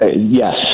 Yes